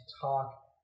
talk